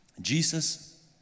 Jesus